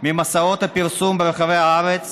ממסעות הפרסום ברחבי הארץ,